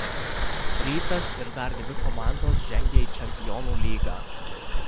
rytas ir dar dvi komandos žengia į čempionų lygą